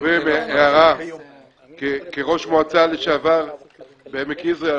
הערה כראש מועצה לשעבר בעמק יזרעאל,